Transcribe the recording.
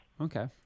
Okay